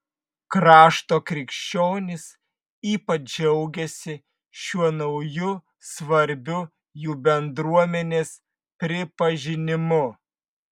krašto krikščionys ypač džiaugiasi šiuo nauju svarbiu jų bendruomenės pripažinimu